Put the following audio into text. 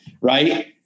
Right